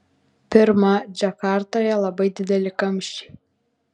pirma džakartoje labai dideli kamščiai